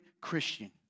Christian